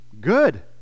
good